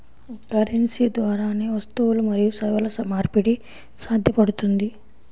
currency ద్వారానే వస్తువులు మరియు సేవల మార్పిడి సాధ్యపడుతుంది